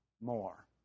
more